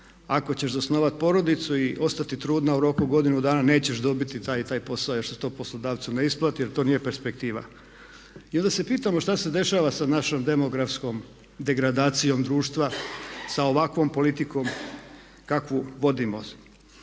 Ako ćeš zasnovat porodicu i ostati trudna u roku godinu dna nećeš dobiti taj i taj posao jer su to poslodavcu neisplati jer to nije perspektiva. I onda se pitamo šta se dešava sa našom demografskom degradacijom društva, sa ovakvom politikom kakvu vodimo?